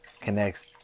connects